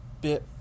bit